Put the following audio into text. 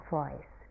voice